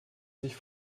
sich